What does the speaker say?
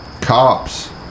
cops